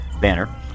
banner